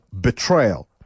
betrayal